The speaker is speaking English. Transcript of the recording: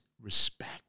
respect